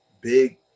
big